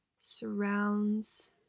surrounds